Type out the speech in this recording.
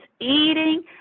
eating